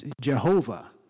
Jehovah